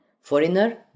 foreigner